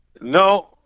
No